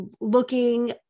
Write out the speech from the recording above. looking